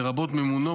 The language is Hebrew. לרבות מימונו,